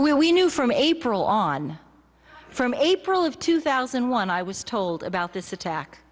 we we knew from april on from april of two thousand and one i was told about this attack